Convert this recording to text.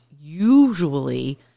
usually